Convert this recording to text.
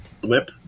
blip